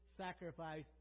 sacrifice